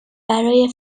برای